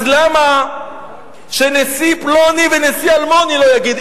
אז למה שנשיא פלוני ונשיא אלמוני לא יגיד?